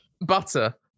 butter